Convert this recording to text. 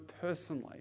personally